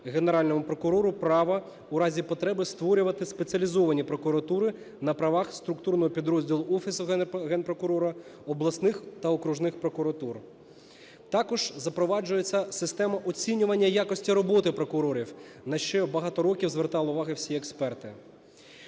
Генеральному прокурору, права у разі потреби, створювати спеціалізовані прокуратури на правах структурного підрозділу офісу Генпрокурора, обласних та окружних прокуратур. Також запроваджується система оцінювання якості роботи прокурорів, на що багато років звертали увагу всі експерти.